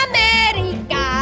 America